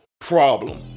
problem